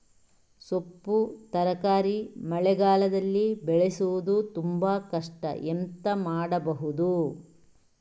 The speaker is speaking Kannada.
ಸೊಪ್ಪು ತರಕಾರಿ ಮಳೆಗಾಲದಲ್ಲಿ ಬೆಳೆಸುವುದು ತುಂಬಾ ಕಷ್ಟ ಎಂತ ಮಾಡಬಹುದು?